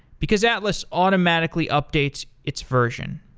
because atlas automatically updates its version.